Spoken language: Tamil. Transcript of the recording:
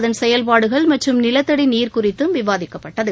அதன் செயல்பாடுகள் மற்றும் நிலத்தடி நீர் குறித்தும் விவாதிக்கப்பட்டது